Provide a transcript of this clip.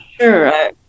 sure